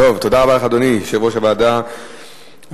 תודה רבה לך, אדוני יושב-ראש הוועדה החרוץ.